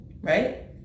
right